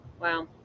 Wow